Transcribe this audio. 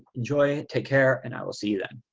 enjoy. take care, and i will see you then.